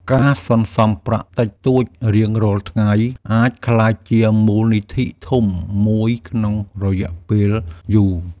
ការសន្សំប្រាក់តិចតួចរៀងរាល់ថ្ងៃអាចក្លាយជាមូលនិធិធំមួយក្នុងរយ:ពេលយូរ។